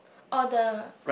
orh the